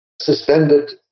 suspended